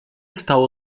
stało